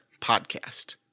Podcast